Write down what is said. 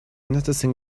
noticing